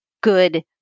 good